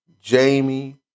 Jamie